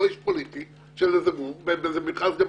לא איש פוליטי במכרז לבכיר,